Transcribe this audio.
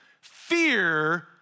fear